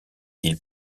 ils